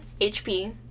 HP